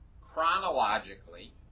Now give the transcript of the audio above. chronologically